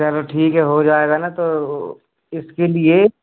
चलो ठीक है हो जाएगा न तो इसके लिए